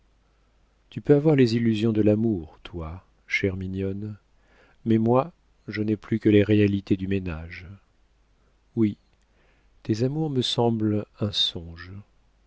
tu peux avoir les illusions de l'amour toi chère mignonne mais moi je n'ai plus que les réalités du ménage oui tes amours me semblent un songe